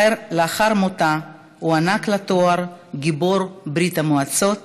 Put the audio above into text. לאחר מותה הוענק לה התואר "גיבור ברית המועצות",